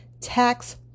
tax